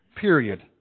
period